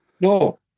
No